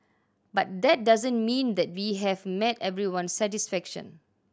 but that doesn't mean that we have met everyone's satisfaction